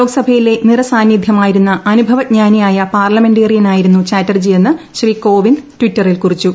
ലോക്സഭയിലെ നിര്യാണത്തിൽ നിറസാന്നിധ്യമായിരുന്ന അനുഭവജ്ഞാനിയായ പാർലമെന്റേറിയനായിരുന്നു ചാറ്റർജിയെന്ന് ശ്രീ കോവിന്ദ് ട്വിറ്ററിൽ കുറിച്ചു